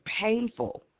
painful